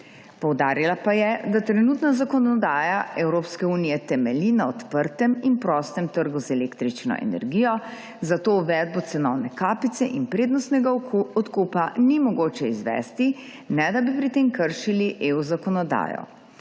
Poudarila pa je, da trenutna zakonodaja Evropske unije temelji na odprtem in prostem trgu z električno energijo, zato uvedbo cenovne kapice in prednostnega odkupa ni mogoče izvesti, ne da bi pri tem kršili zakonodajo